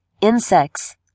insects